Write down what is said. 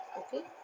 okay